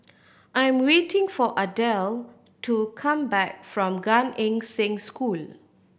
I'm waiting for Ardell to come back from Gan Eng Seng School